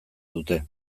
dute